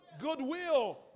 goodwill